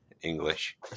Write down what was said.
English